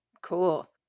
Cool